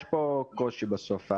יש פה קושי בסוף.